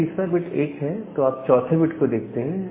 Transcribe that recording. अगर तीसरा बिट 1 है तो आप चौथे बिट को देखते हैं